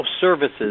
services